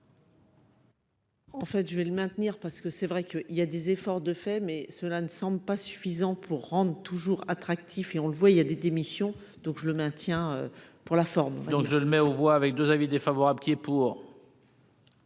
En fait, je vais le maintenir parce que c'est vrai que, il y a des efforts de faits, mais cela ne semble pas suffisant pour rendent toujours attractif et on le voit, il y a des démissions, donc je le maintiens. Pour la forme, donc je le mets aux voix avec 2 avis défavorable qui est pour.